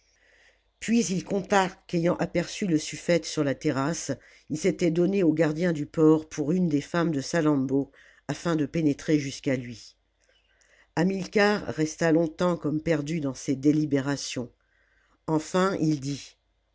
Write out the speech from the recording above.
puis il conta qu'ayant aperçu le suffète sur la terrasse il s'était donné aux gardiens du port pour une des femmes de salammbô afin de pénétrer jusqu'à lui hamilcar resta longtemps comme perdu dans ses délibérations enfin il dit